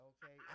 Okay